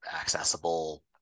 accessible